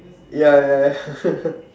ya ya ya